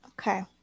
Okay